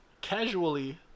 casually